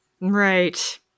Right